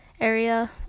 area